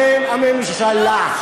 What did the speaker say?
בשם הממשלה.